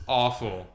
awful